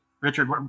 Richard